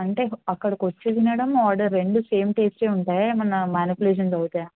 అంటే అక్కడికి వచ్చి తినడం ఆర్డర్ రెండూ సేమ్ టేస్టే ఉంటాయా ఏమన్నా మ్యానిప్యులేషన్స్ అవుతాయా